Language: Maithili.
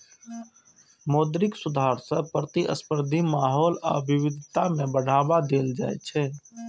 मौद्रिक सुधार सं प्रतिस्पर्धी माहौल आ विविधता कें बढ़ावा देल जाइ छै